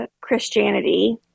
Christianity